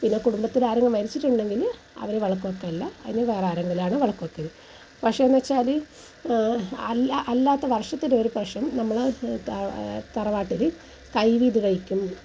പിന്നെ കുടുംബത്തിൽ ആരെങ്കിലും മരിച്ചിട്ടുണ്ടെങ്കിൽ അവർ വിളക്ക് വെക്കണം എന്നില്ല അതിന് വേറാരെങ്കിലുമാണ് വിളക്കു വെക്കൽ പക്ഷേ എന്നു വെച്ചാൽ അല്ലാ അല്ലാത്ത വർഷത്തിലൊരു പ്രാവശ്യം നമ്മൾ തറവാട്ടിൽ കൈ വീതു കഴിക്കും